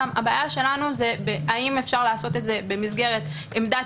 הבעיה שלנו היא האם אפשר לעשות את זה במסגרת עמדת